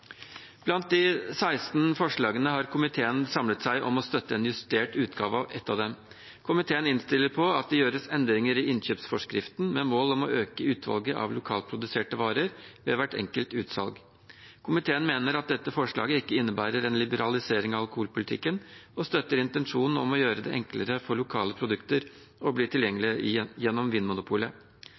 Blant de 16 forslagene har komiteen samlet seg om å støtte en justert utgave av ett av dem. Komiteen innstiller på at det gjøres endringer i innkjøpsforskriften med mål om å øke utvalget av lokalproduserte varer ved hvert enkelt utsalg. Komiteen mener at dette forslaget ikke innebærer en liberalisering av alkoholpolitikken og støtter intensjonen om å gjøre det enklere for lokale produkter å bli tilgjengelige gjennom